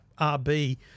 RB